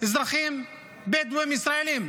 אזרחים בדואים ישראלים,